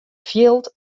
fjild